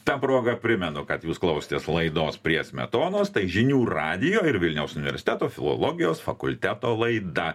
ta proga primenu kad jūs klausėtės laidos prie smetonos tai žinių radijo ir vilniaus universiteto filologijos fakulteto laida